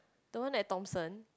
the one at Thomson